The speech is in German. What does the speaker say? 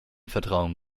vertrauen